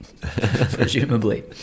presumably